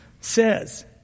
says